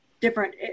different